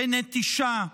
בנטישה,